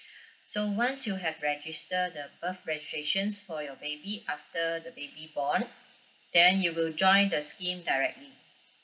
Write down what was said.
so once you have registered the birth registrations for your baby after the baby born then you will join the scheme directly